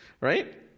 Right